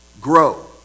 Grow